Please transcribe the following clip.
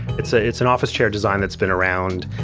its ah its an office chair design that's been around,